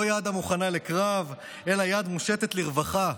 לא יד המוכנה לקרב אלא יד מושטת לרווחה,